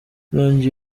inkongi